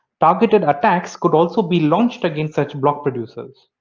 targeted attacks could also be launched against such block producers.